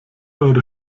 eure